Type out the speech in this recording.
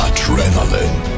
Adrenaline